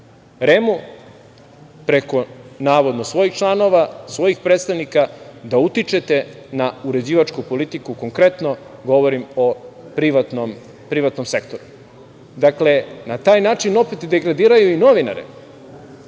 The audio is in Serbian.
REM-u preko navodno svojih članova, svojih predstavnika, da utičete na uređivačku politiku. Konkretno govorim o privatnom sektoru. Dakle, na taj način degradiraju i novinare,